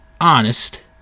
honest